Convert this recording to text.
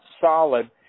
solid